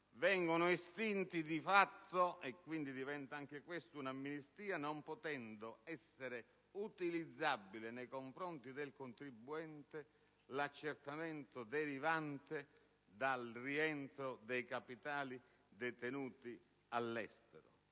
vengono estinti di fatto e diventa quindi anche questa un'amnistia, non potendo essere utilizzabile nei confronti del contribuente l'accertamento derivante dal rientro dei capitali detenuti all'estero.